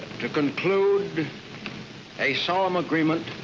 to conclude a solemn agreement